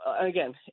again